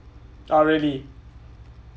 oh really